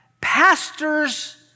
pastors